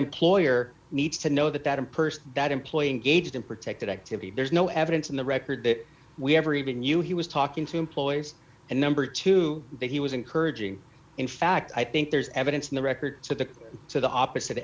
employer needs to know that that a person that employee engagement protected activity there's no evidence in the record that we ever even knew he was talking to employees and number two bit he was encouraging in fact i think there's evidence in the records that the to the opposite